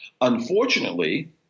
Unfortunately